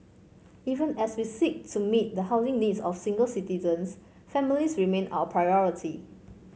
even as we seek to meet the housing needs of single citizens families remain our priority